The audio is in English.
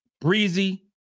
breezy